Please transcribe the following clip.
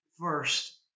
first